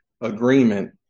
agreement